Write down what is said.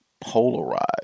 polarized